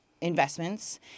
investments